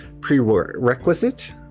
prerequisite